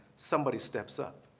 somebody steps up.